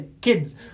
kids